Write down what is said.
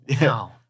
No